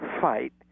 fight